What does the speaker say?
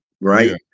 right